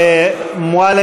בכתב.